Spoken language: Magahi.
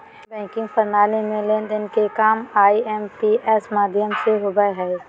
बैंकिंग प्रणाली में लेन देन के काम आई.एम.पी.एस माध्यम से होबो हय